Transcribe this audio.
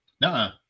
No